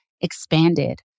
expanded